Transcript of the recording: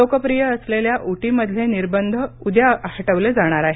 लोकप्रिय असलेल्या उटी इथलेनिर्बंध उद्या हटवले जाणार आहेत